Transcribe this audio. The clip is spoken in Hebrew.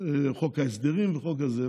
חוק ההסדרים וחוק זה.